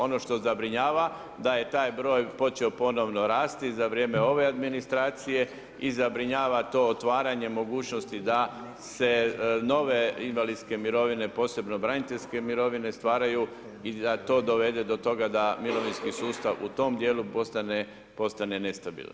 Ono što zabrinjava da je taj broj počeo ponovno rasti za vrijeme ove administracije i za zabrinjava to otvaranje mogućnosti da se nove invalidske mirovine, posebno braniteljske mirovine stvaraju i da to dovede do toga da mirovinski sustav u tom dijelu postane, postane nestabilan.